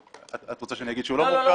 את רוצה שאני אגיד שהוא לא מורכב?